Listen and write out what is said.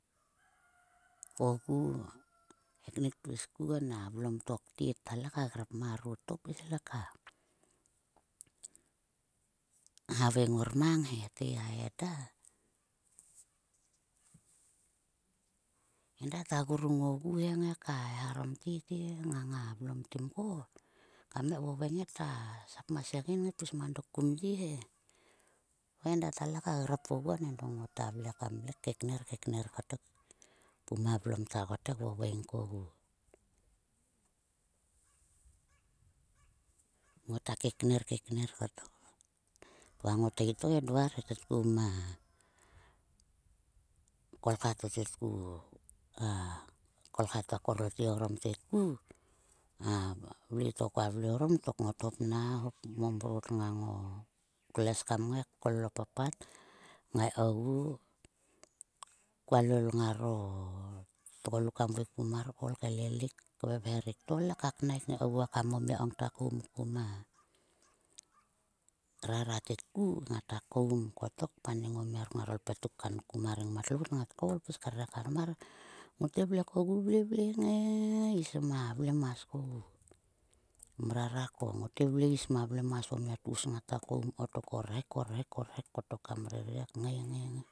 kogu, knik pis kuon to a vlom to ktet ta le ka grap marot to pis le ka, haveng ngor mang he te, eda, ta grung ogu he ka eharom te, te ngang a vlom timko. Kam ngai kvovoeng ne tsap ma segein ngai pis mang dok kum ye he. To eda ta grap oguon ngota vle kam vle kekner kotok puma vlom ta ko ta vovoing kogu. Ngota kekner kekner kotok. Koa ngothi to edo arhe. Tetku ma kolkha to tetku. A kolkha to a korlotge orom tetku. A vle to koa vle orom tok. Ngot hop na hop mamrot ngang klues kam ngai kol a papat. Kngai kogu koa lol ngaro tgoluk kam veikpum mar koul kaelelik. kvevherik to le ka knaik kngai kogu ekam o mia kogu ngata koum ku ma rara tetku. Ngata koum kotok paneng o mia ruk ngaro lpetit kanku ma rengmat lout ngat koul pis krere kar mar. Ngote vle kogu vle, vle ngai is ma vlemas kogu ma mrara ko. Ngote vle is ko o ma tgus ngata koum o rhek, o rhek kotok kam rere kngai ngai.